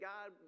God